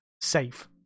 safe